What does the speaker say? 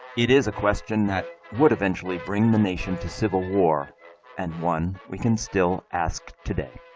it is a question that would eventually bring the nation to civil war and one we can still ask today.